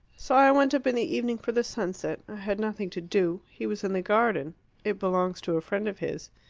so i went up in the evening for the sunset i had nothing to do. he was in the garden it belongs to a friend of his.